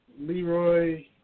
Leroy